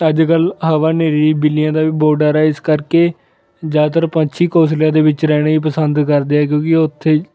ਅੱਜ ਕੱਲ ਹਵਾ ਹਨੇਰੀ ਬਿੱਲੀਆਂ ਦਾ ਵੀ ਬਹੁਤ ਡਰ ਹੈ ਇਸ ਕਰਕੇ ਜ਼ਿਆਦਾਤਰ ਪੰਛੀ ਘੋਂਸਲਿਆਂ ਦੇ ਵਿੱਚ ਰਹਿਣਾ ਹੀ ਪਸੰਦ ਕਰਦੇ ਆ ਕਿਉਂਕਿ ਉੱਥੇ